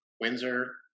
Windsor